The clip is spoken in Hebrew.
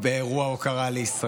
באירוע הוקרה לישראל.